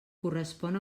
correspon